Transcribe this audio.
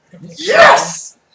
Yes